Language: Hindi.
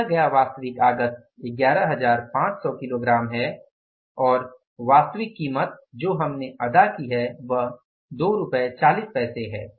दिया गया वास्तविक आगत 11500 किलोग्राम है और वास्तविक कीमत जो हमने अदा की है वह 24 रुपये है